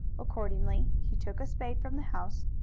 accordingly, he took a spade from the house,